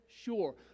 sure